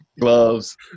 gloves